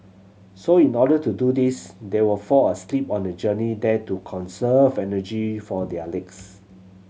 so in order to do this they were fall asleep on the journey there to conserve energy for their legs